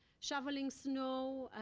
shoveling snow.